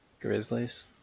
Grizzlies